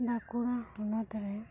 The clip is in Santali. ᱵᱟᱸᱠᱩᱲᱟ ᱦᱚᱱᱚᱛ ᱨᱮ